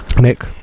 Nick